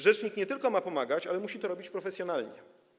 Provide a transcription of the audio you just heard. Rzecznik nie tylko ma pomagać, ale musi to robić profesjonalnie.